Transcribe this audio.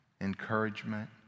encouragement